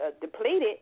depleted